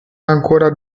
ancora